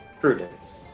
Prudence